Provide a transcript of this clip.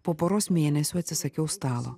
po poros mėnesių atsisakiau stalo